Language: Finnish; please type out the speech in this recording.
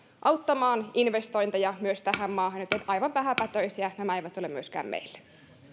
auttamaan eli investointeja myös tähän maahan joten aivan vähäpätöisiä nämä eivät ole myöskään meille